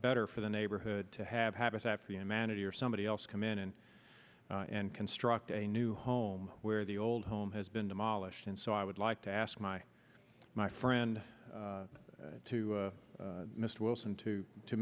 better for the neighborhood to have habitat for humanity or somebody else come in and construct a new home where the old home has been demolished and so i would like to ask my my friend to mr wilson too to